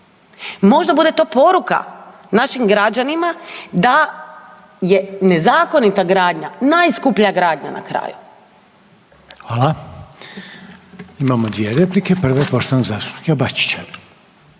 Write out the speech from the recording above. Možda bude to poruka našim građanima da je nezakonita gradnja najskuplja gradnja na kraju. **Reiner, Željko (HDZ)** Hvala. Imamo dvije replike, prva je poštovanog zastupnika Bačića.